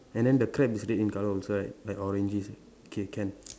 and then the crab is red in colour also right like orangey K can